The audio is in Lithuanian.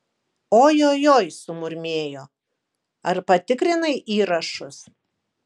ojojoi sumurmėjo ar patikrinai įrašus